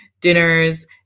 dinners